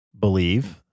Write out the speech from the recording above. believe